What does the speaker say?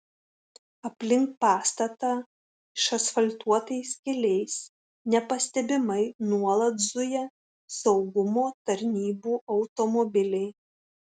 aplink pastatą išasfaltuotais keliais nepastebimai nuolat zuja saugumo tarnybų automobiliai